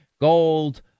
gold